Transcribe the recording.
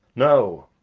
no!